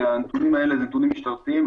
כי הנתונים האלה הם נתונים משטרתיים.